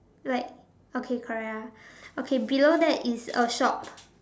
like okay correct ah okay below that is a shop